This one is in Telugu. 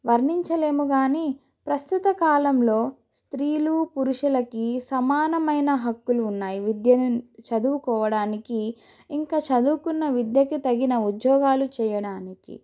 వర్ణించలేము కానీ ప్రస్తుత కాలంలో స్త్రీలు పురుషులకి సమానమైన హక్కులు ఉన్నాయి చదువకోవడానికి ఇంకా చదువుకున్న విద్యకి తగిన ఉద్యోగాలు చేయడానికి